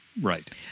Right